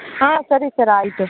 ಹಾಂ ಸರಿ ಸರ್ ಆಯಿತು